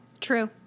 True